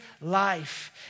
life